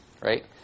right